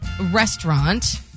restaurant